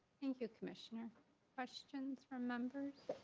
thank you commissioner questions from members.